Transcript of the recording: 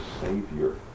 Savior